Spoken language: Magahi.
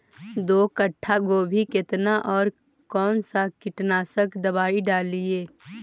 दो कट्ठा गोभी केतना और कौन सा कीटनाशक दवाई डालिए?